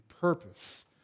purpose